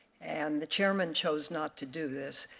and the chairman chose not to do this,